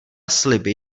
sliby